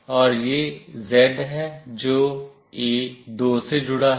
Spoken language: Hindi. और यह z है जो A2 से जुड़ा है